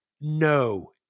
No